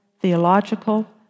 theological